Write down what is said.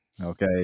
okay